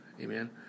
Amen